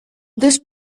this